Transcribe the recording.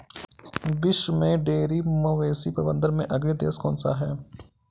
विश्व में डेयरी मवेशी प्रबंधन में अग्रणी देश कौन सा है?